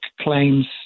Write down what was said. claims